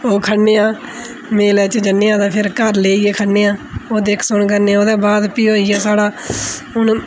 ओह् खन्ने आं मेलै च जन्ने आं ते फेर घर लेइयै खन्ने आं ओह् देख सुन्न करनी ओह्दे बाद फ्ही होई गेआ साढ़ा हून